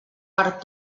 parc